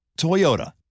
Toyota